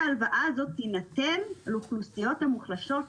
שההלוואה הזאת תינתן לאוכלוסיות המוחלשות,